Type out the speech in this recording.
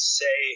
say